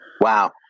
Wow